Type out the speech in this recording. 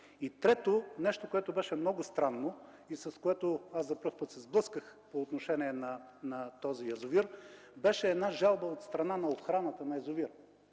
Трето – нещо, което беше много странно и с което за пръв път се сблъсках по отношение на този язовир. Една жалба от страна на охраната на язовира,